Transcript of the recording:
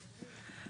נכון.